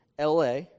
LA